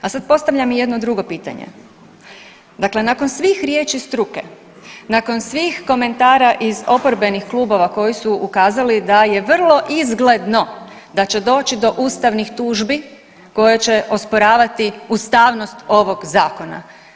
A sad postavljam i jedno drugo pitanje, dakle nakon svih riječi struke, nakon svih komentara iz oporbenih klubova koji su ukazali da je vrlo izgledno da će doći do ustavnih tužbi koje će osporavati ustavnost ovog zakona.